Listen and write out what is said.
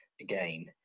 again